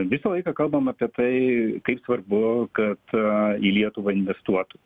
visą laiką kalbam apie tai kaip svarbu kad į lietuvą investuotų